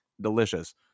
delicious